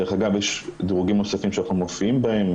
דרך אגב, יש דירוגים נוספים שאנחנו מופיעים בהם.